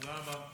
תודה רבה,